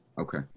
Okay